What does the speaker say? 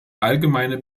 allgemeine